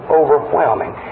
overwhelming